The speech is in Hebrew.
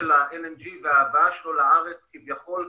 ל-LNG וההבאה שלו לארץ, כביכול,